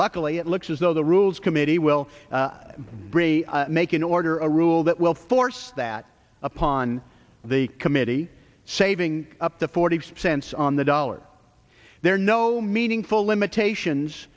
luckily it looks as though the rules committee will bring make an order a rule that will force that upon the committee saving up to forty cents on the dollar there are no meaningful limitations